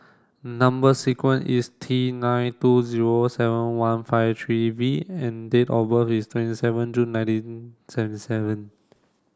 number sequence is T nine two zero seven one five three V and date of birth is twenty seven June nineteen seventy seven